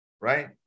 right